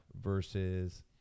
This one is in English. Versus